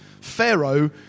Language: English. Pharaoh